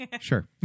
Sure